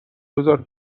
بزار